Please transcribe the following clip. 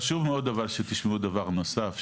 חשוב מאוד שתשמעו דבר נוסף,